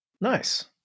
Nice